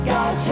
God